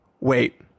wait